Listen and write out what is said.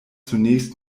zunächst